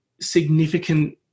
significant